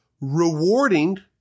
rewarding